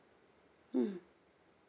mm